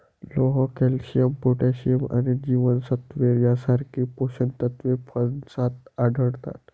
लोह, calcium, potassium आणि जीवनसत्त्वे यांसारखी पोषक तत्वे फणसात आढळतात